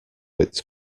whipped